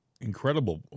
incredible